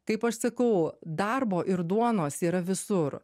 kaip aš sakau darbo ir duonos yra visur